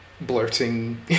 blurting